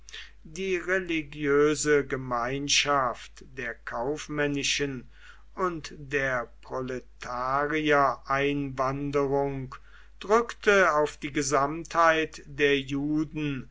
die religiöse gemeinschaft der kaufmännischen und der proletariereinwanderung drückte auf die gesamtheit der juden